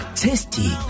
tasty